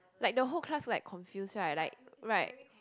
like the whole class like confuse right like right